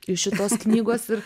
ir šitos knygos ir